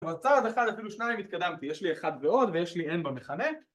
צעד אחד אפילו שניים התקדמתי, יש לי אחד ועוד ויש לי n במכנה